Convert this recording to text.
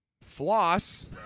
floss